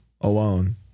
alone